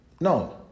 no